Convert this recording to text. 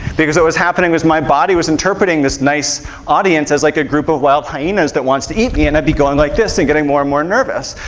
because what was happening was my body was interpreting this nice audience as like a group of wild hyenas that wants to eat me, and i'd be going like this and getting more and more nervous,